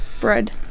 Bread